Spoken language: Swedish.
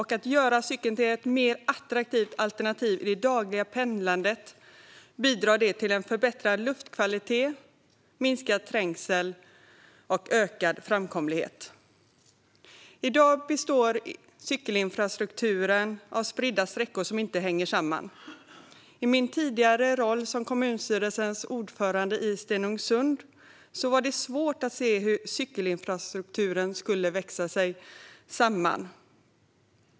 Att göra cykeln till ett mer attraktivt alternativ vid det dagliga pendlandet bidrar till förbättrad luftkvalitet, minskad trängsel och ökad framkomlighet. I dag består cykelinfrastrukturen av spridda sträckor som inte hänger samman. I min tidigare roll som kommunstyrelsens ordförande i Stenungsund var det svårt att se hur cykelinfrastrukturen skulle växa samman.